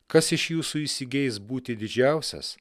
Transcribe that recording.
kas iš jūsų įsigeis būti didžiausias